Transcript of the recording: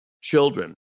children